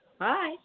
Hi